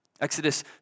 Exodus